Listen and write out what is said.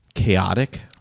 Chaotic